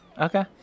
Okay